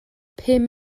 pum